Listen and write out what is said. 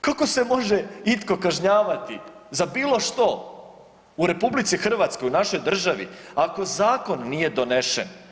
Kako se može itko kažnjavati za bilo što u RH, u našoj državi ako zakon nije donesen.